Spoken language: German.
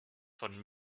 von